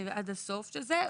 עד הסוף של זה,